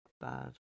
bad